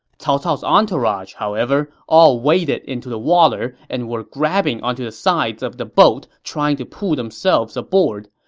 cao cao's entourage, however, all waded into the water and were grabbing onto the side of the boat trying to pull themselves aboard.